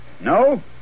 No